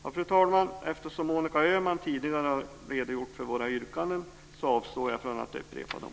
Fru talman! Eftersom Monica Öhman tidigare har redogjort för våra yrkanden avstår jag från att upprepa dem.